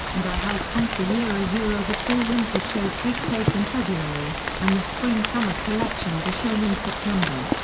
and are held twice a year ah year the fall winter shows take place in february, and the spring summer collections are shown in september.